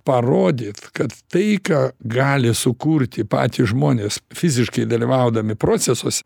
parodyt kad tai ką gali sukurti patys žmonės fiziškai dalyvaudami procesuose